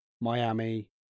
miami